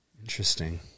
Interesting